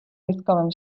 військовим